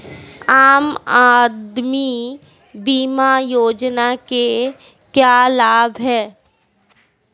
आम आदमी बीमा योजना के क्या लाभ हैं?